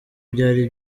byari